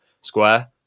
Square